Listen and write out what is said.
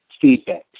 feedback